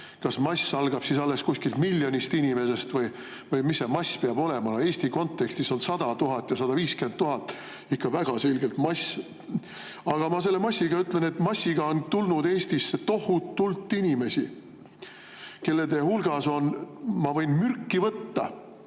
Kas mass algab alles kuskilt miljonist inimesest või mis see [arv] peab olema? Eesti kontekstis on 100 000 ja 150 000 inimest ikka väga selgelt mass. Aga ma selle massi kohta ütlen, et massiga on tulnud Eestisse tohutult inimesi, kelle hulgas on – ma võin mürki võtta,